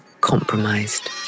compromised